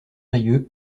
brieuc